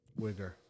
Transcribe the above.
Wigger